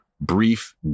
brief